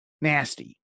nasty